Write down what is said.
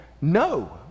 no